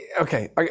Okay